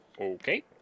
Okay